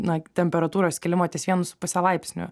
na temperatūros kilimo ties vienu su puse laipsniu